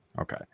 Okay